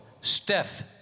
Steph